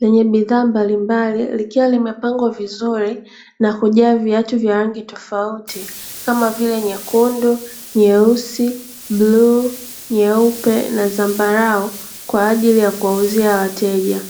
lenye bidhaa mbalimbali likiwa limepangwa vizuri na kujaa viatu vya rangi tofauti kama vile; nyekundu, nyeusi, bluu, nyeupe na zambarau. Kwa ajili ya kuwauzia wateja .